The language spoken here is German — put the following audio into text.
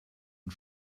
und